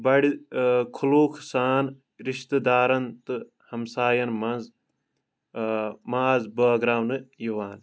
بَڑٕ خلوٗق سان رِشتہٕ دارَن تہٕ ہمساین منٛز ماز بٲغراونہٕ یِوان